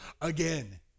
again